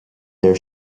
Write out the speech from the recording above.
their